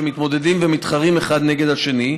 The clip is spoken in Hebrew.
שמתמודדים ומתחרים אחד נגד השני,